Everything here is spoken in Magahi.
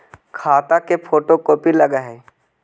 खाता के फोटो कोपी लगहै?